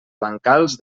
bancals